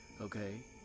okay